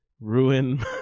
ruin